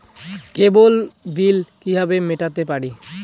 কেবল bill কিভাবে মেটাতে পারি?